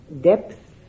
depth